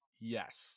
yes